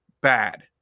bad